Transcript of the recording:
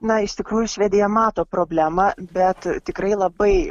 na iš tikrųjų švedija mato problemą bet tikrai labai